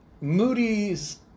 Moody's